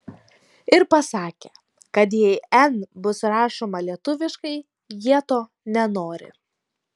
ir pasakė kad jei n bus rašoma lietuviškai jie to nenori